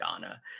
Ghana